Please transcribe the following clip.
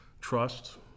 Trust